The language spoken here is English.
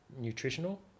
nutritional